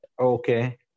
Okay